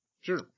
Sure